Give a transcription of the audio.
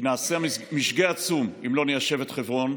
נעשה משגה אם לא ניישב חברון,